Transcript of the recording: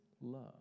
love